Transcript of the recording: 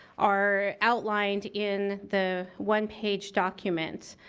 are outlined in the one page document.